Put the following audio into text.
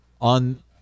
on